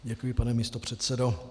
Děkuji, pane místopředsedo.